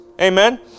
amen